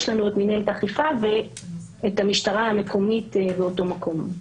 יש לנו את מנהלת האכיפה ואת המשטרה המקומית באותו מקום,